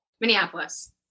minneapolis